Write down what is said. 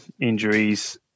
injuries